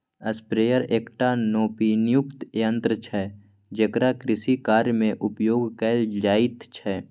sprayer एकटा नोपानियुक्त यन्त्र छै जेकरा कृषिकार्यमे उपयोग कैल जाइत छै